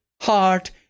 heart